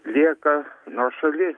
lieka nuošaly